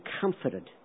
comforted